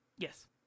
Yes